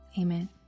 Amen